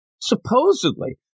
supposedly